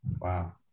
Wow